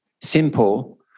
simple